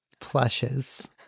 plushes